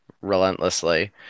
relentlessly